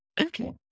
okay